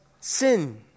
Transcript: sin